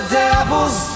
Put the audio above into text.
devils